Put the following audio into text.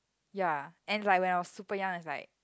ya and like when I was super young is like